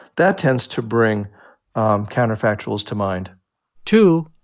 that tends to bring um counterfactuals to mind two,